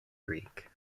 greek